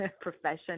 profession